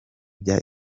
bya